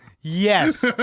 Yes